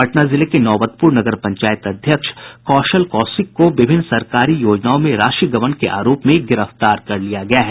पटना जिले के नौबतपुर नगर पंचायत अध्यक्ष कौशल कौशिक को विभिन्न सरकारी योजनाओं में राशि गबन के आरोप में गिरफ्तार कर लिया गया है